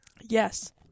Yes